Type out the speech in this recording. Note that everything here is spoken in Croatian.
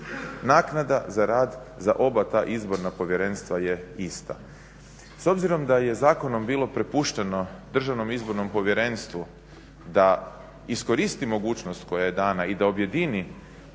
Naknada za rad za oba ta izborna povjerenstva je ista. S obzirom da je zakonom bilo prepušteno Državnom izbornom povjerenstvu da iskoristi mogućnost koja je dana i da objedini